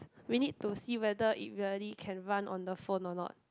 we need to see whether it really can run on the phone or not